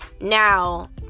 Now